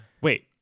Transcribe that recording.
Wait